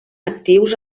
actius